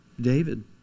David